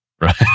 Right